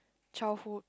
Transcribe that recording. childhood